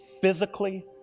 Physically